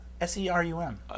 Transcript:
S-E-R-U-M